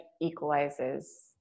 equalizes